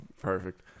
Perfect